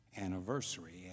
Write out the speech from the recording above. anniversary